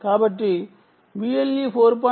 కాబట్టి మీరు దీన్ని కూడా ఉపయోగించవచ్చు